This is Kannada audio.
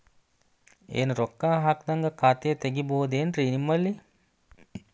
ಏನು ರೊಕ್ಕ ಹಾಕದ್ಹಂಗ ಖಾತೆ ತೆಗೇಬಹುದೇನ್ರಿ ನಿಮ್ಮಲ್ಲಿ?